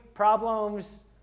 problems